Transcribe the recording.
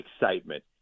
excitement